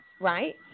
right